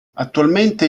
attualmente